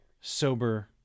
sober